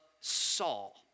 Saul